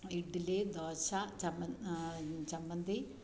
ഇഡ്ലി ദോശ ചമ്മന്തി